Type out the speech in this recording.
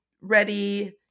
ready